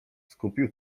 skupił